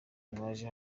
mwaje